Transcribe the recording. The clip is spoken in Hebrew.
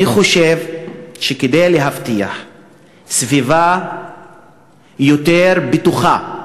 אני חושב שכדי להבטיח סביבה יותר בטוחה,